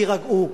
תירגעו,